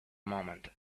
moment